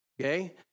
Okay